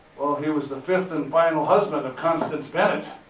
he was the fifth and final husband the constance bennett,